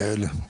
יעל,